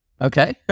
Okay